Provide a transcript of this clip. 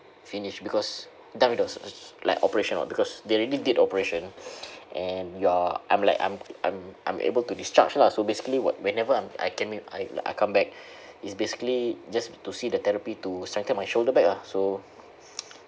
finished because done with the like operation lah because they already did operation and you are I'm like I'm I'm I'm able to discharge lah so basically what whenever I can make I I come back is basically just to see the therapy to strengthen my shoulder back ah so